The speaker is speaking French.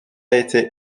été